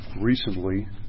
recently